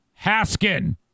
Haskin